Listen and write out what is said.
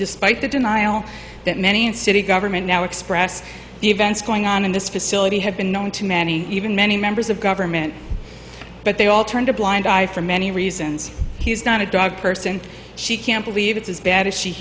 despite the denial that many in city government now express the events going on in this facility have been known to many even many members of government but they all turned a blind eye for many reasons he's not a dog person she can't believe it's as bad as she